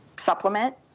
supplement